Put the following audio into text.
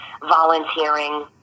volunteering